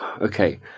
Okay